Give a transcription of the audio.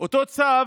אותו צו,